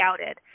scouted